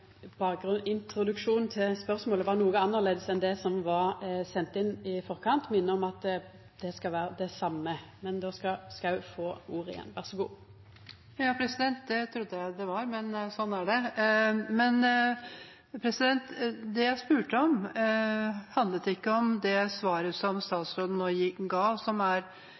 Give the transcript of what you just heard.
spørsmålet var noko annleis enn det som var sendt inn i forkant, og minner om at det skal vera det same. Då skal representanten Schou få ordet igjen. Det trodde jeg det var, men sånn er det. Det jeg spurte om, handlet ikke om det svaret som statsråden nå ga,